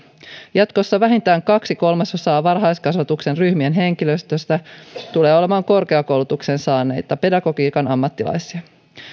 jatkossa vähintään kaksi kolmasosaa varhaiskasvatuksen ryhmien henkilöstöstä tulee olemaan korkeakoulutuksen saaneita pedagogiikan ammattilaisia